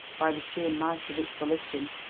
by the sheer might of its volition,